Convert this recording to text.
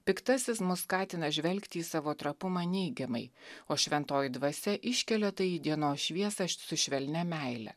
piktasis mus skatina žvelgti į savo trapumą neigiamai o šventoji dvasia iškelia tai į dienos šviesą su švelnia meile